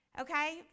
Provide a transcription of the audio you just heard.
Okay